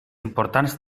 importants